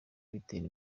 bitera